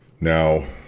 Now